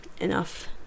enough